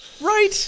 Right